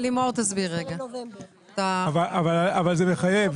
אבל זה מחייב.